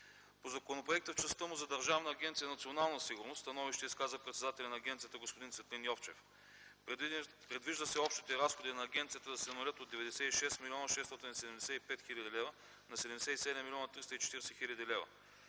По законопроекта в частта му за Държавна агенция „Национална сигурност” становище изказа председателят на агенцията господин Цветлин Йовчев. Предвижда се общите разходи на агенцията да се намалят от 96 млн. 675 хил. лв. на 77 млн. 340 хил. лв.